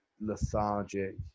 lethargic